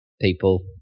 people